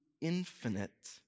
infinite